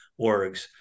orgs